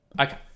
okay